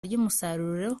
ry’umusaruro